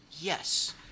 Yes